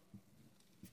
על